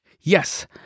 Yes